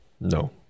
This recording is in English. No